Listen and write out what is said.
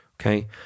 Okay